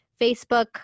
Facebook